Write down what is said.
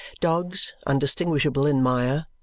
dogs, undistinguishable in mire.